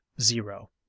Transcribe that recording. zero